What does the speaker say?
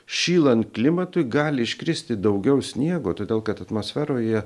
šylant klimatui gali iškristi daugiau sniego todėl kad atmosferoje